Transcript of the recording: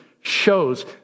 shows